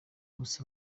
gusa